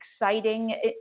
exciting